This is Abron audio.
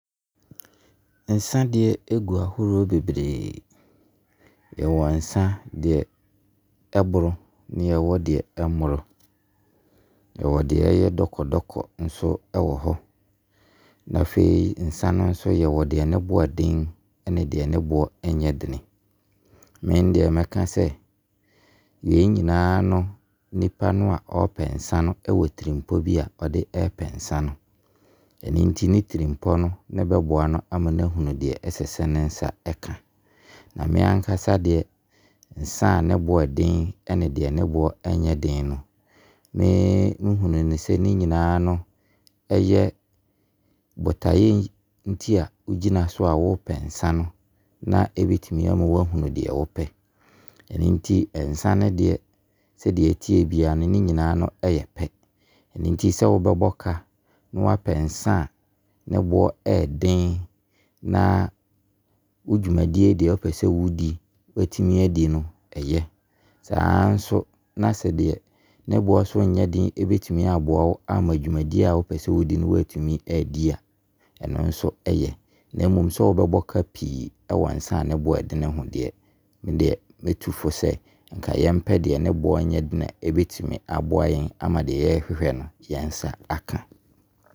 Nsan deɛ ɛgu ahoroɔ bebree. Yɛwɔ nsan deɛ ɛboro ne yɛwɔ deɛ ɛmmoro. Yɛwɔ deɛ ɛyɛ dɔkɔdɔkɔ nso wɔ hɔ. Na afei nso nsan no nso, yɛwɔ deɛ ne boɔ ɛden ne deɛ ne boɔ nnyɛ den. Me deɛ, mɛka sɛ, wei nyinaa no nipa no a ɔpɛ nsan no ɛwɔ tirim pɔ bi a ɔde pɛ nsan no. Ɛno nti ne tirim pɔ no ne bɛboa no ama n'ahunu deɛ ne nsa sɛsɛ ɛka. Na me ankasa deɛ nsan a ne boɔ ɛden ɛne deɛ ne boɔ nyɛ den no, menhunu ne sɛ nyinaa no. Ɛyɛ botaeɛ nti a wogyina so a wo pɛ nsan no ne bɛtumi ama wɔahunu deɛ wo pɛ. Ɛno nti nsan no deɛ, sɛ ɛteɛ biara no ne nyinaa yɛ pɛ. Ɛno nti sɛ, wo bɛbɔ ka na wɔapɛ nsan a ne boɔ den, na wo dwumadie deɛ wo pɛ sɛ wo di na wɔatumi adi no, ɛyɛ. Saa nso na sɛ deɛ ne boɔ nso nyɛ den bɛtumi aboa wo ama dwumadie a wo pɛ sɛ wo di wɔatumi adi a, ɛno nso yɛ. Na mmom, sɛ wo bɛbɔ ka pii wɔ nsan a ne boɔ ɛden ho deɛ, me deɛ mɛtu fo sɛ nka yɛnpɛ deɛ ne boɔ nyɛ na ɛbɛtumi aboa yɛn ama deɛ yɛhwehwɛ no yɛnsa aka.